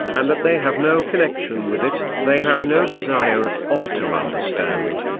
and that they have no connection with it, they have no desire at all to understand.